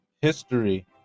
History